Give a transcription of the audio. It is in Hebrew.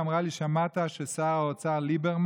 היא אמרה לי: שמעת ששר האוצר ליברמן,